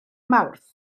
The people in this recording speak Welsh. mawrth